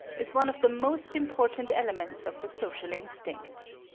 is one of the most important elements of the social instincts.